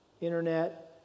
internet